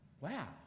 Wow